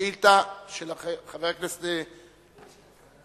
השאילתא של חבר הכנסת אחמד טיבי.